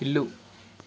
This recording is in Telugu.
ఇల్లు